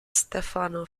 stefano